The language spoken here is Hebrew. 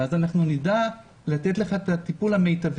אם נדע עליהם אנחנו נדע לתת את הטיפול המיטבי.